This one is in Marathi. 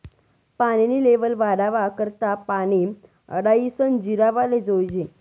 पानी नी लेव्हल वाढावा करता पानी आडायीसन जिरावाले जोयजे